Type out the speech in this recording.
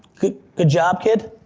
good good job, kid?